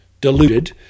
diluted